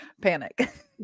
Panic